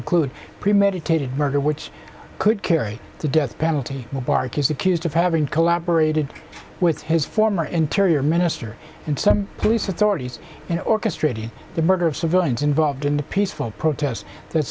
include premeditated murder which could carry the death penalty mubarak is accused of having collaborated with his former interior minister and some police authorities in orchestrating the murder of civilians involved in the peaceful protests the